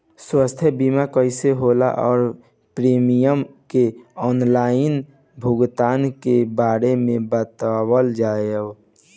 स्वास्थ्य बीमा कइसे होला और प्रीमियम के आनलाइन भुगतान के बारे में बतावल जाव?